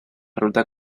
ruta